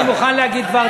לא,